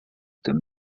tym